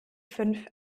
fünf